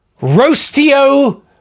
Roastio